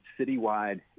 citywide